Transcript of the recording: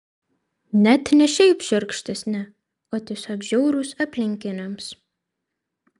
net ne šiaip šiurkštesni o tiesiog žiaurūs aplinkiniams